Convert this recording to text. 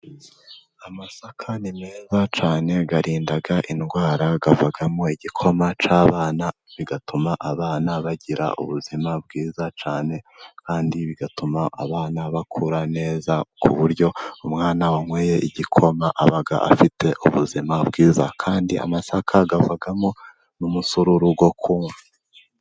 Amasaka ni meza cyane arinda indwara, avamo igikoma cy'abana bigatuma abana bagira ubuzima bwiza cyane, kandi bigatuma abana bakura neza, ku buryo umwana wanyweye igikoma aba afite ubuzima bwiza, kandi amasaka avagamo n'umusururu w'ukunywa.